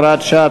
הוראת שעה),